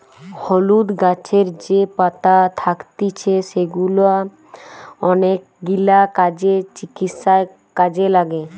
হলুদ গাছের যে পাতা থাকতিছে সেগুলা অনেকগিলা কাজে, চিকিৎসায় কাজে লাগে